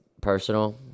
personal